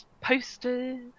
posters